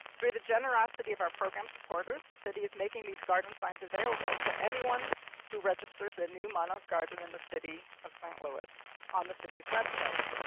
through the generosity of our program supporters, the city is making these garden signs available to anyone who registers a new monarch garden in the city of st. louis on the city's website.